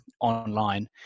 online